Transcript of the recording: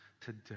today